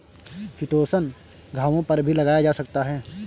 chitosan घावों पर भी लगाया जा सकता है